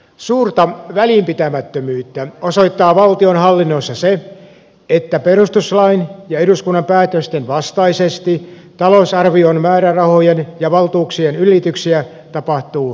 suurta välinpitämättömyyttä osoittaa valtionhallinnossa se että perustuslain ja eduskunnan päätösten vastaisesti talousarvion määrärahojen ja valtuuksien ylityksiä tapahtuu jatkuvasti